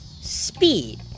speed